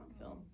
film